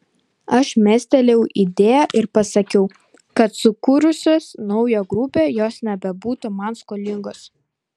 aš mestelėjau idėją ir pasakiau kad sukūrusios naują grupę jos nebebūtų man skolingos